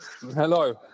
Hello